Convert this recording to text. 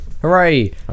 Hooray